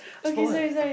spot one